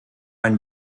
ein